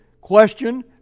question